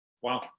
Wow